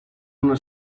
una